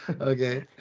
Okay